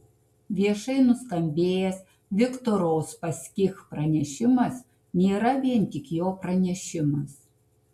viešai nuskambėjęs viktoro uspaskich pranešimas nėra vien tik jo pranešimas